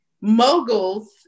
moguls